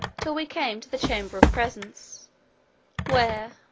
till we came to the chamber of presence where,